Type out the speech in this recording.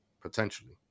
potentially